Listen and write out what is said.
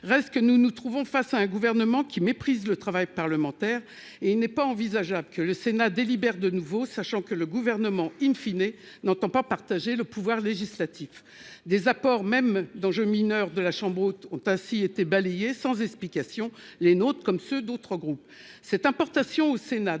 reste que nous nous trouvons face à un gouvernement qui méprisent le travail parlementaire et il n'est pas envisageable que le Sénat délibère de nouveau, sachant que le gouvernement in fine et n'entend pas partager le pouvoir législatif des apports même d'enjeu mineur de la chambre haute, ont ainsi été balayé sans explication, les notes comme ceux d'autres groupes cette importation au Sénat